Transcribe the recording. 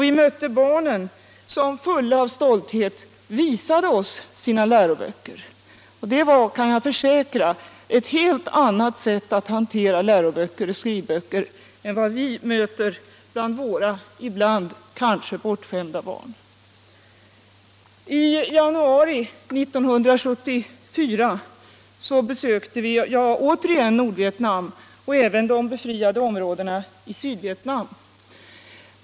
Vi mötte barnen som fulla av stolthet visade oss sina läroböcker, och det var, kan jag försäkra, ett helt annat sätt att hantera läroböcker och skrivböcker än vi möter bland våra ibland kanske bortskämda barn. I januari 1974 besökte jag återigen Nordvietnam och även de befriade områdena i Sydvietnam.